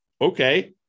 Okay